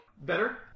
better